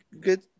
good –